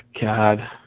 God